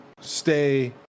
stay